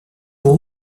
vous